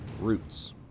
roots